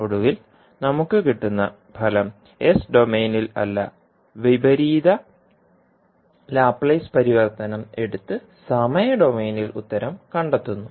ഒടുവിൽ നമുക്ക് കിട്ടുന്ന ഫലം എസ് ഡൊമെയ്നിൽ അല്ല വിപരീത ലാപ്ലേസ് പരിവർത്തനം എടുത്ത് സമയ ഡൊമെയ്നിൽ ഉത്തരം കണ്ടെത്തുന്നു